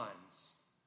times